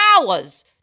hours